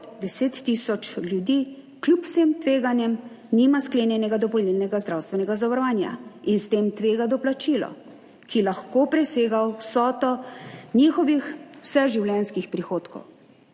tisoč ljudi kljub vsem tveganjem nima sklenjenega dopolnilnega zdravstvenega zavarovanja in s tem tvega doplačilo, ki lahko presega vsoto njihovih vseživljenjskih prihodkov.